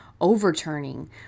overturning